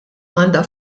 għandha